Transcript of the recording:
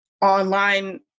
online